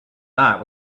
night